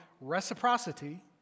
Reciprocity